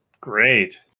Great